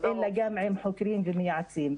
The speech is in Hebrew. אלא גם עם חוקרים ומייעצים.